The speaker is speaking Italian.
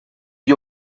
gli